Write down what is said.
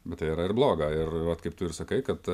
bet tai yra ir bloga ir vat kaip tu ir sakai kad